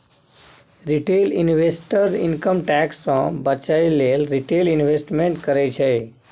retail investor income tax सँ बचय लेल रिटेल इंवेस्टमेंट करय छै